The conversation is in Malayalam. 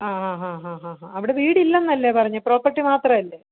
ആ ഹാ ഹാ ഹാ ഹാ അവിടെ വീടില്ലെന്നല്ലേ പറഞ്ഞത് പ്രോപ്പർട്ടി മാത്രമല്ലേ